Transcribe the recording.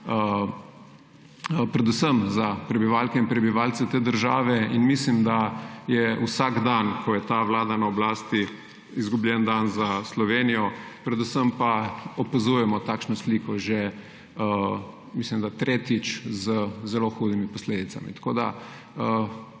predvsem za prebivalke in prebivalce te države. Mislim, da je vsak dan, ko je ta vlada na oblasti, izgubljen dan za Slovenijo, predvsem pa opazujemo takšno sliko že, mislim da, tretjič z zelo hudimi posledicami. Moja